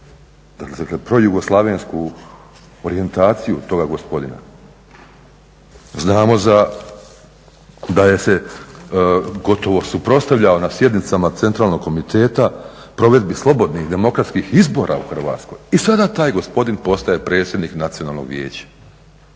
dakle projugoslavensku orijentaciju toga gospodina. Znamo da se gotovo suprotstavljao na sjednicama centralnog komiteta provedbi slobodnih demokratskih izbora u Hrvatskoj i sada taj gospodin postaje predsjednik Nacionalnog vijeća.